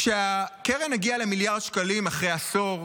כשהקרן הגיעה למיליארד שקלים אחרי עשור,